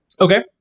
Okay